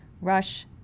Rush